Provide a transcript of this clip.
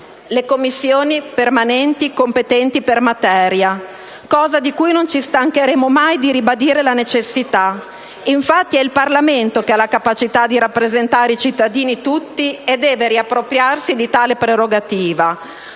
parlamentari permanenti competenti per materia, cosa di cui non ci stancheremo mai di ribadire la necessità. Infatti è il Parlamento che ha la capacità di rappresentare i cittadini tutti e deve riappropriarsi di tale prerogativa,